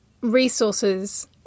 resources